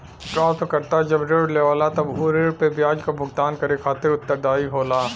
प्राप्तकर्ता जब ऋण लेवला तब उ ऋण पे ब्याज क भुगतान करे खातिर उत्तरदायी होला